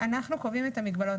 אנחנו קובעים את המגבלות.